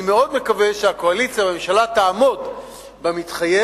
אני מאוד מקווה שהקואליציה והממשלה יעמדו במתחייב